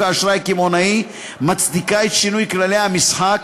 האשראי הקמעונאי מצדיקה את שינוי כללי המשחק,